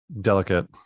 delicate